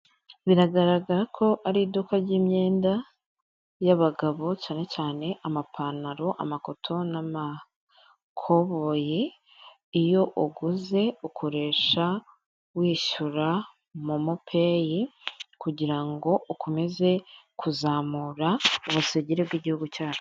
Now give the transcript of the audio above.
Biragaragara ko ari iduka ry'imyenda y'abagabo cyane cyane amapantaro, amakoto, n'amakoboyi, iyo uguze ukoresha wishyura momopeyi kugira ukomeze kuzamura ubusugire bw'igihugu cyacu.